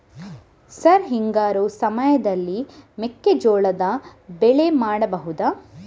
Sir ಹಿಂಗಾರು ಸಮಯದಲ್ಲಿ ಮೆಕ್ಕೆಜೋಳದ ಬೆಳೆ ಮಾಡಬಹುದಾ?